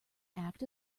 act